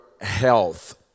health